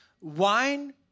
Wine